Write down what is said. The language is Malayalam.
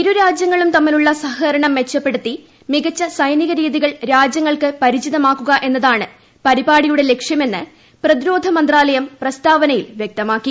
ഇരുരാജ്യങ്ങളും തമ്മിലുള്ള സഹകരണം മെച്ചപ്പെടുത്തി മികച്ച സൈനിക രീതികൾ രാജ്യങ്ങൾക്ക് പരിചിതമാക്കുക എന്നതാണ് പരിപാടിയുടെ ലക്ഷ്യമെന്ന് പ്രതിരോധ മന്ത്രാലയം പ്രസ്താവനയിൽ വ്യക്തമാക്കി